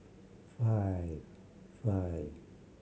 five five